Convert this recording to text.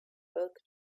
both